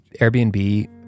Airbnb